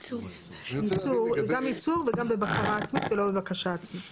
ייצור, גם ייצור וגם בבקרה עצמית ולא בבקשה עצמית.